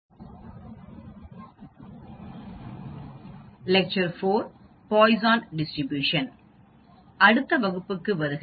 அடுத்த வகுப்புக்கு வருக